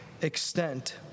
extent